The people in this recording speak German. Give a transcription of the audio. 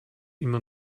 immer